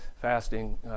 fasting